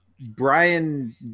Brian